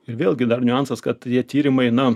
ir vėlgi dar niuansas kad tie tyrimai na